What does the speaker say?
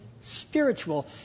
spiritual